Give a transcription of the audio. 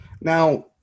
Now